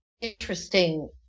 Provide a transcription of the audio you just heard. interesting